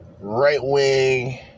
right-wing